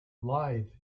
live